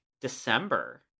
December